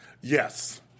Yes